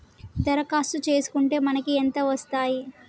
దరఖాస్తు చేస్కుంటే మనకి ఎంత వస్తాయి?